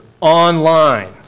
online